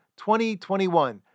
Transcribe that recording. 2021